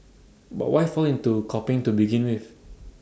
but why fall into copying to begin with